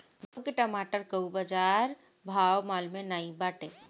घुरहु के टमाटर कअ बजार भाव मलूमे नाइ बाटे